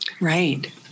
Right